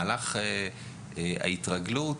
במהלך ההתרגלות.